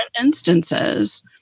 instances